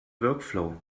workflow